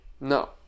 No